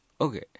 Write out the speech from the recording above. okay